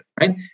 right